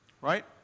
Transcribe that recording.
right